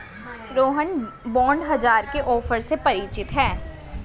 Rohan bond बाजार के offer से परिचित है